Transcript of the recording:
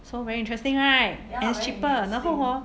so very interesting right and it's cheaper 然后 hor